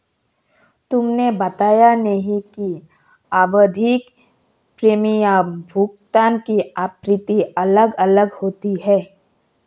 तुमने बताया नहीं कि आवधिक प्रीमियम भुगतान की आवृत्ति अलग अलग होती है